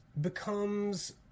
Becomes